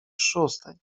szóstej